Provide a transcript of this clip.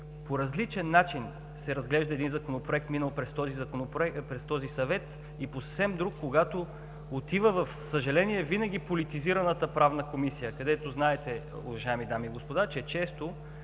по различен начин се разглежда един законопроект, минал през този Съвет, и по съвсем друг, когато, за съжаление, отива в политизираната Правна комисия. Знаете, уважаеми дами и господа, че там често